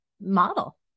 model